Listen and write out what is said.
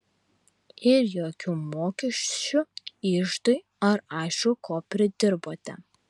ir jokių mokesčių iždui ar aišku ko pridirbote